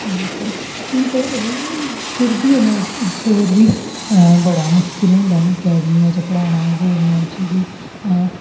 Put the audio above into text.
लेकिन हून फिर बी फिर बी बड़ा मुश्कल होंदा न अकैडमियें च पढ़ाना गौरमेंट च बी